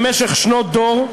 במשך שנות דור.